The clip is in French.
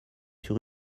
sur